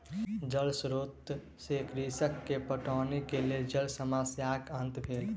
जल स्रोत से कृषक के पटौनी के लेल जल समस्याक अंत भेल